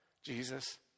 Jesus